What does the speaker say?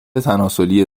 تناسلی